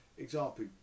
Example